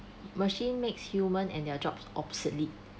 machine makes human and their jobs obsolete